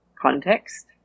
context